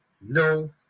no